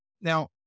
Now